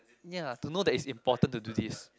ya to know that it's important to do this